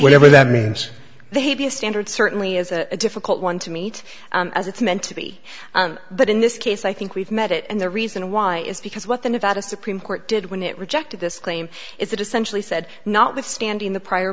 whatever that means they be a standard certainly is a difficult one to meet as it's meant to be but in this case i think we've met it and the reason why is because what the nevada supreme court did when it rejected this claim is that essentially said notwithstanding the prior